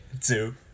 two